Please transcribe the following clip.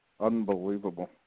unbelievable